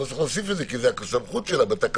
לא צריך להוסיף את זה כי זאת הסמכות שלה בתקנות.